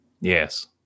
Yes